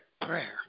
prayer